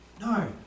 No